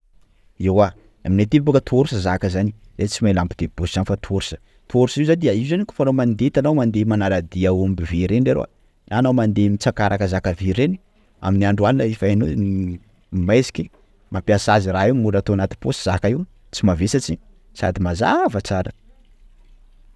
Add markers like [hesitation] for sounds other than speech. Ewa aminay aty bôka torche zaka zany, zay tsy mahay lampe de poche zany fa torche, torche io zany io zany kôfa anao mandeha itanao mandeha manaradia omby very reny leroa, na anao mandeha mitsaraka zaka very reny, amin'ny andro alina efa hainao [hesitation] maiziky mampiasa azy, raha io mora atao anaty pôsy zaka io, tsy mavesatry, sady mazava tsara.